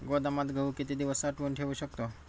गोदामात गहू किती दिवस साठवून ठेवू शकतो?